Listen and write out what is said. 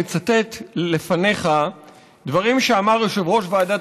לצטט לפניך דברים שאמר יושב-ראש ועדת